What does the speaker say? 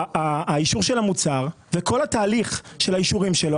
האישור של המוצר וכל התהליך של האישורים שלו,